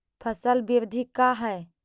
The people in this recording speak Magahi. फसल वृद्धि का है?